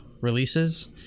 releases